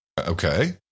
okay